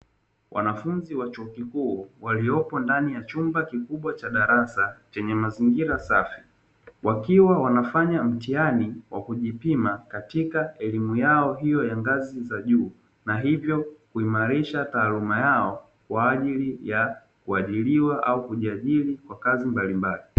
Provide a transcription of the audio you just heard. Wanafunzi wa chuo kikuu waliopo ndani ya chumba kikubwa cha darasa chenye mazingira safi, wakiwa wanafanya mtihani wa kujipima katika elimu yao hiyo ya ngazi za juu na hivyo kuimarisha taaluma yao kwa ajili ya kuajiriwa au kujiajiri kwa kazi mbalimbali.